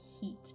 heat